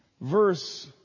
verse